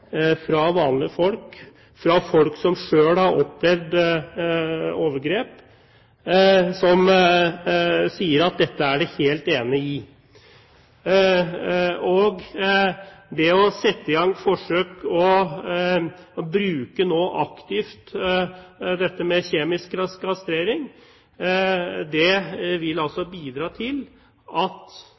fra vanlige folk – folk som har opplevd overgrep, og som sier at dette er de helt enig i. Å sette i gang forsøk og aktivt bruke kjemisk kastrering vil bidra til at vi får enda mer dokumentasjon om hvordan dette